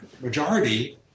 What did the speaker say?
majority